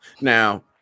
now